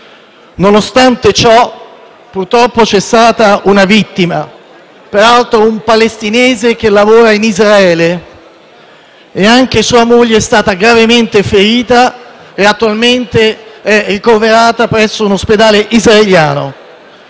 Nonostante ciò, purtroppo, c'è stata una vittima, peraltro un palestinese che lavora in Israele. Anche sua moglie è stata gravemente ferita e attualmente è ricoverata presso un ospedale israeliano.